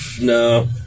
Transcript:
No